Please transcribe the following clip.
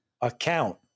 account